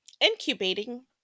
Incubating